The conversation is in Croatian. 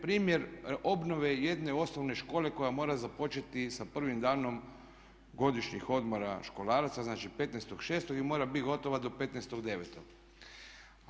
Primjer obnove jedine osnovne škole koja mora započeti sa prvim danom godišnjih odmora školaraca, znači 15.06. i mora biti gotova do 15.09.